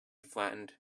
flattened